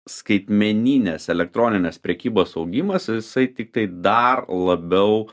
skaitmeninės elektroninės prekybos augimas jisai tiktai dar labiau